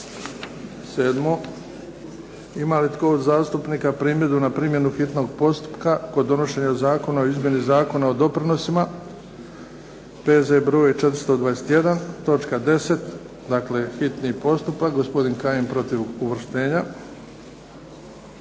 Ima li tko od zastupnika primjedbu na primjenu hitnog postupka kod donošenja Zakona o izmjeni Zakona o doprinosima, P.Z. broj 421, točka 10. Dakle hitni postupak, gospodin Kajin protiv uvrštenja.